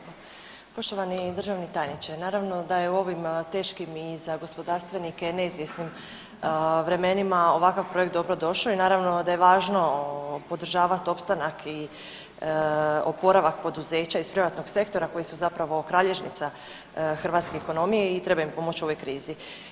Poštovani državni tajniče, naravno da je u ovim teškim i za gospodarstvenike neizvjesnim vremenima ovakav projekt dobro došao i naravno da je važno podržavati opstanak i oporavak poduzeća iz privatnog sektora koji su zapravo kralješnica hrvatske ekonomije i treba im pomoći u ovoj krizi.